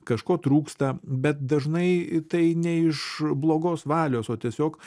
kažko trūksta bet dažnai tai ne iš blogos valios o tiesiog